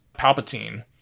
Palpatine